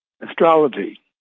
Astrology